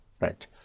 Right